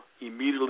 immediately